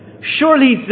Surely